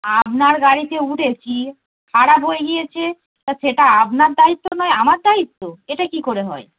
আপনার গাড়িতে উঠেছি খারাপ হয়ে গিয়েছে তা সেটা আপনার দায়িত্ব নয় আমার দায়িত্ব এটা কি করে হয়